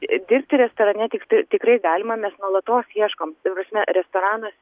dirbti restorane tiktai tikrai galima mes nuolatos ieškom ta prasme restoranuos